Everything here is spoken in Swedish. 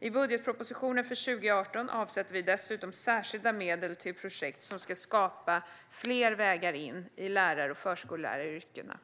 I budgetpropositionen för 2018 avsätter vi dessutom särskilda medel till projekt som ska skapa fler vägar in i lärar och förskolläraryrkena.